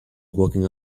walking